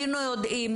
היינו יודעים.